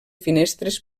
finestres